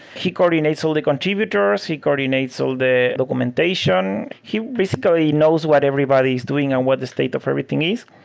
he coordinates all the contributors. he coordinates all the documentation. he basically knows what everybody is doing and what the state of everything is.